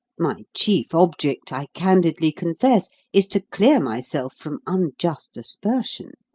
my chief object, i candidly confess, is to clear myself from unjust aspersion.